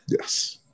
yes